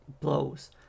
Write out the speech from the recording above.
blows